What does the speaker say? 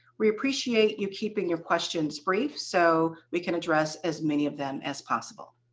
we appreciate you keeping your questions brief so we can address as many of them as possible.